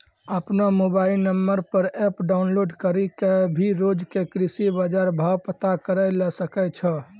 आपनो mobile number पर app download करी कॅ भी रोज के कृषि बाजार भाव पता करै ल सकै छो